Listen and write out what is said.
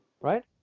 Right